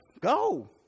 Go